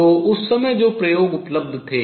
तो उस समय जो प्रयोग उपलब्ध थे